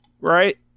right